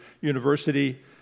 university